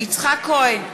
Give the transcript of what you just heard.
יצחק כהן,